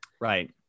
Right